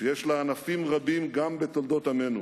שיש לה ענפים רבים גם בתולדות עמנו